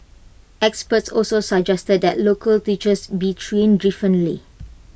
experts also suggested that local teachers be trained differently